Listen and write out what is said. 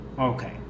Okay